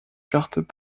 chartes